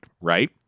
right